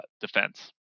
defense